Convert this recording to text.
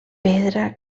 pedra